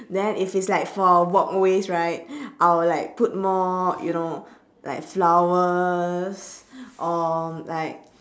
then if it's like for walkways right I will like put more you know like flowers or like